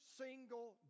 single